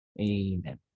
Amen